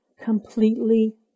completely